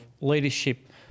leadership